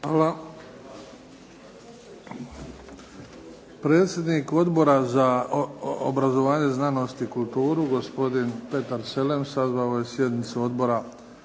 Hvala. Predsjednik Odbora za obrazovanje, znanost i kulturu, gospodin Petar Selem sazvao je sjednicu Odbora